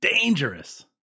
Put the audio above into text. Dangerous